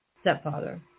stepfather